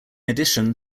addition